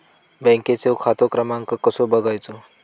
बँकेचो खाते क्रमांक कसो बगायचो?